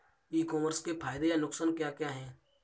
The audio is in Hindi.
ई कॉमर्स के फायदे या नुकसान क्या क्या हैं?